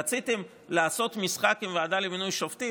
רציתם לעשות משחק עם הוועדה למינוי שופטים?